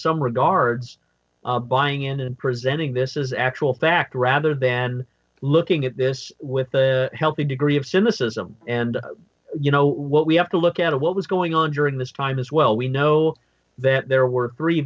some regards buying in and presenting this is actual fact rather than looking at this with a healthy degree of cynicism and you know what we have to look at what was going on during this time as well we know that there